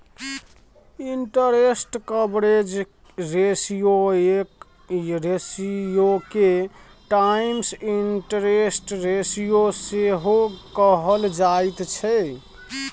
interest coverage रेशियोके times interest ratio सेहो कहल जाइत छै